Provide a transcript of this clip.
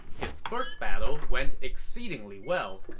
his first battle went exceedingly well.